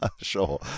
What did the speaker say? Sure